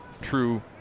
true